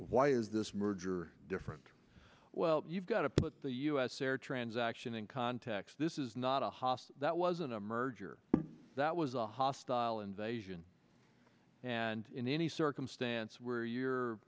why is this merger different well you've got to put the u s air transaction in context this is not a hostile that wasn't a merger that was a hostile invasion and in any circumstance where you're